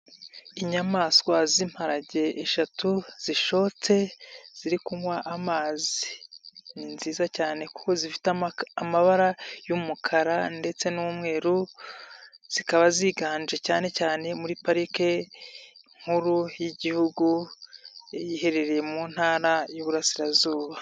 Inyamaswa z'imparage eshatu zishotse ziri kunywa amazi. Ni nziza cyane kuko zifite amabara y'umukara ndetse n'umweru. Zikaba ziganje cyane cyane muri Parike nkuru y'Igihugu iherereye mu ntara y'Iburasirazuba.